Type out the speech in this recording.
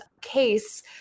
case